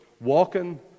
Walking